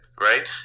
right